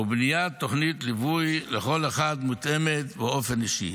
ובניית תוכנית ליווי לכל אחד, מותאמת באופן אישי.